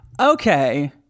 Okay